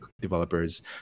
developers